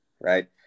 Right